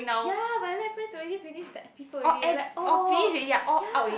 ya my lab friends already finish the episodes already eh like all ya